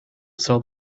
saw